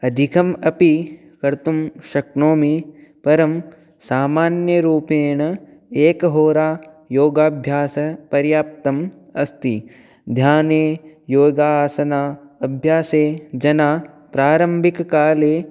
अधिकमपि कर्तुं शक्नोमि परं सामान्यरूपेण एकहोरा योगाभ्यासः पर्याप्तम् अस्ति ध्याने योगासन अभ्यासे जनाः प्रारम्भिककाले